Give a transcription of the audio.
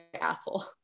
asshole